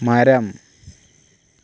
മരം